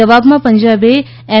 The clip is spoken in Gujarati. જવાબમાં પંજાબે એમ